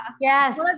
Yes